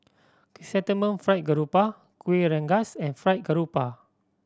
Chrysanthemum Fried Garoupa Kueh Rengas and Fried Garoupa